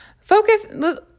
Focus